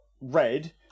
Red